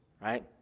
right